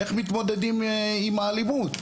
איך מתמודדים עם האלימות.